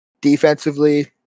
Defensively